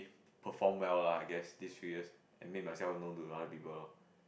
perform well lah I guess these few years I made myself known to the other people loh